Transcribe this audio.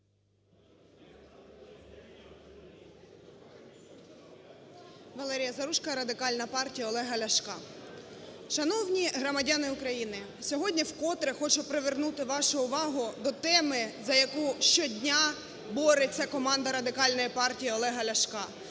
Валерія Заружко, Радикальна партія Олега Ляшка. Шановні громадяни України, сьогодні вкотре хочу привернути вашу увагу до теми, за яку щодня бореться команда Радикальної партії Олега Ляшка,